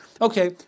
okay